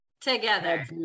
together